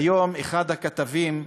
היום אחד הכתבים,